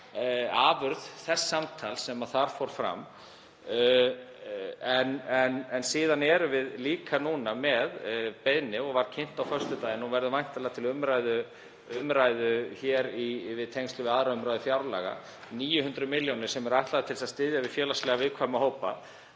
afurð samtalsins sem þar fór fram. En síðan erum við líka núna með beiðni og var kynnt á föstudaginn, og verður væntanlega til umræðu hér í tengslum við 2. umr. fjárlaga, um 900 milljónir sem eru ætlaðar til þess að styðja við félagslega viðkvæma hópa.